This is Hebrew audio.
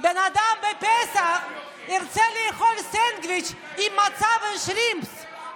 בן אדם בפסח ירצה לאכול סנדוויץ' עם מצה ושרימפס,